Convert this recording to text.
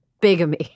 Bigamy